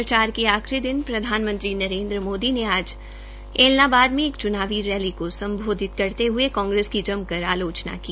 प्रचार के आखिरी दिन प्रधानमंत्री नरेन्द्र मोदी ने आज ऐलनाबाद में एक च्नावी रैली को सम्बोधित करते हये कांग्रेस की जमकर आलोचना की